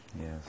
Yes